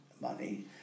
money